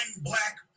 black